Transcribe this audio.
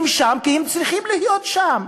הם שם כי הם צריכים להיות שם.